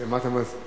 מה אתה מציע?